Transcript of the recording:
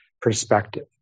perspective